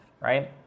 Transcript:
right